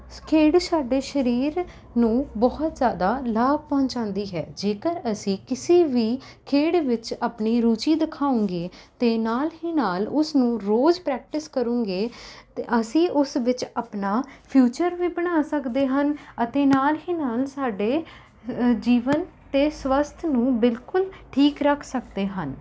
ਖੇਡ ਸਾਡੇ ਸਰੀਰ ਨੂੰ ਬਹੁਤ ਜ਼ਿਆਦਾ ਲਾਭ ਪਹੁੰਚਾਉਂਦੀ ਹੈ ਜੇਕਰ ਅਸੀਂ ਕਿਸੇ ਵੀ ਖੇਡ ਵਿੱਚ ਆਪਣੀ ਰੁਚੀ ਦਿਖਾਵਾਂਗੇ ਅਤੇ ਨਾਲ਼ ਹੀ ਨਾਲ਼ ਉਸਨੂੰ ਰੋਜ਼ ਪ੍ਰੈਕਟਿਸ ਕਰਾਂਗੇ ਅਤੇ ਅਸੀਂ ਉਸ ਵਿੱਚ ਆਪਣਾ ਫਿਊਚਰ ਵੀ ਬਣਾ ਸਕਦੇ ਹਨ ਅਤੇ ਨਾਲ਼ ਹੀ ਨਾਲ ਸਾਡੇ ਜੀਵਨ ਅਤੇ ਸਵਸਥ ਨੂੰ ਬਿਲਕੁਲ ਠੀਕ ਰੱਖ ਸਕਦੇ ਹਨ